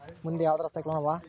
ಮುಂದೆ ಯಾವರ ಸೈಕ್ಲೋನ್ ಅದಾವ?